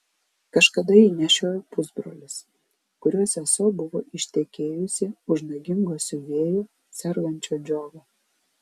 kažkada jį nešiojo pusbrolis kurio sesuo buvo ištekėjusi už nagingo siuvėjo sergančio džiova